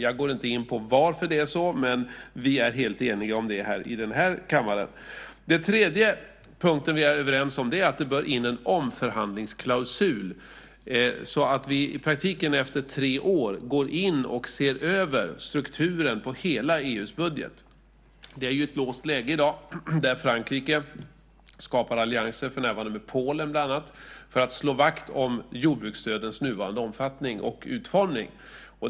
Jag går inte in på varför det är så, men vi är helt eniga om det i den här kammaren. Den tredje punkten vi är överens om är att det bör föras in en omförhandlingsklausul så att vi i praktiken efter tre år går in och ser över strukturen på hela EU:s budget. I dag har vi ett låst läge där Frankrike skapar allianser, för närvarande med bland annat Polen, för att slå vakt om jordbruksstödens nuvarande omfattning och utformning.